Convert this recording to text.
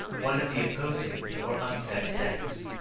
one of the opposing, or unfair, sex.